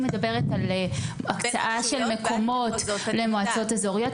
היא מדברת על הקצאה של מקומות למועצות אזוריות,